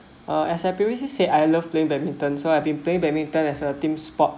uh as previously I say I love playing badminton so I've been playing badminton as a team sport